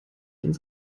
ins